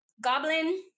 Goblin